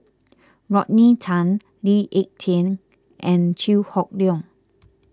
Rodney Tan Lee Ek Tieng and Chew Hock Leong